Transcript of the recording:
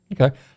Okay